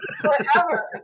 forever